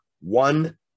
one